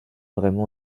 vraiment